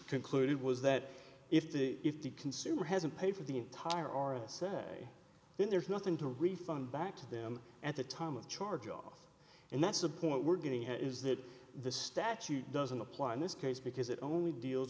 concluded was that if the if the consumer hasn't paid for the entire oral say then there's nothing to refund back to them at the time of charge off and that's the point we're getting here is that the statute doesn't apply in this case because it only deals